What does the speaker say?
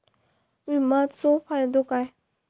विमाचो फायदो काय?